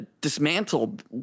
dismantled